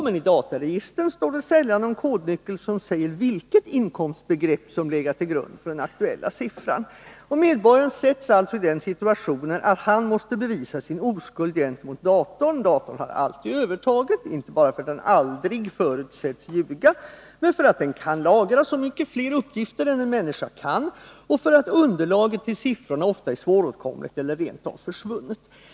Men i dataregistret finns sällan någon kodnyckel som säger vilket inkomstbegrepp som har legat till grund för den aktuella siffran. Medborgare försätts alltså i den situationen att de gentemot datorn skall bevisa sin oskuld. Datorn har alltid övertaget, inte bara för att den aldrig förutsätts ljuga utan för att den kan lagra så mycket fler uppgifter än en människa kan och för att underlaget till siffrorna ofta är svåråtkomligt eller rent av försvunnet.